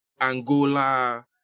Angola